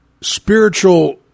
spiritual